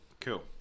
Cool